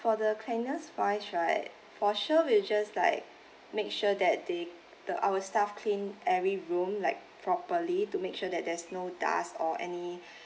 for the cleaners wise right for sure we'll just like make sure that they the our staff clean every room like properly to make sure that there's no dust or any